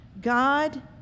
God